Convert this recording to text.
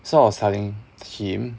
so I was telling him